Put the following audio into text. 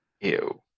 ew